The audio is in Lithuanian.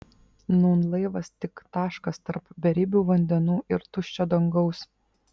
nūn laivas tik taškas tarp beribių vandenų ir tuščio dangaus